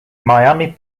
miami